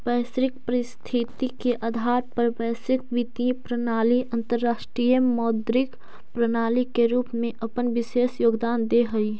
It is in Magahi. वैश्विक परिस्थिति के आधार पर वैश्विक वित्तीय प्रणाली अंतरराष्ट्रीय मौद्रिक प्रणाली के रूप में अपन विशेष योगदान देऽ हई